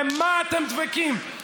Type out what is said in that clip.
במה אתם דבקים?